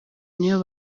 ibyo